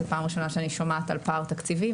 זאת פעם ראשונה שאני שומעת על פער תקציבי,